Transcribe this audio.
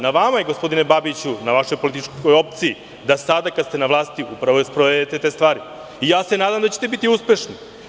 Na vama je, gospodine Babiću, na vašoj političkoj opciji, da sada kad ste na vlasti upravo i sprovedete te stvari i ja se nadam da ćete biti uspešni.